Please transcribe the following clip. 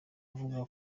avuga